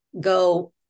go